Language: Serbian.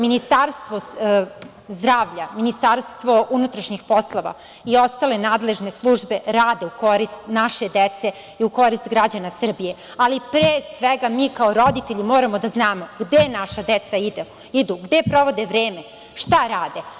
Ministarstvo zdravlja, MUP i ostale nadležne službe rade u korist naše dece i u korist građana Srbije, ali pre svega mi kao roditelji moramo da znamo gde naša deca idu, gde provode vreme, šta rade.